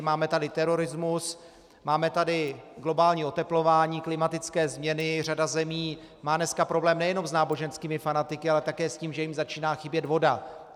Máme tady terorismus, máme tady globální oteplování, klimatické změny, řada zemí má dneska problém nejenom s náboženskými fanatiky, ale také s tím, že jim začíná chybět voda.